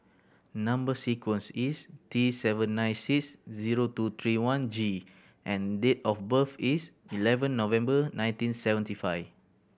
number sequence is T seven nine six zero two three one G and date of birth is eleven November nineteen seventy five